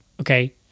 Okay